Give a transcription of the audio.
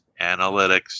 analytics